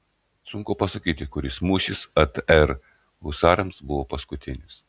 sunku pasakyti kuris mūšis atr husarams buvo paskutinis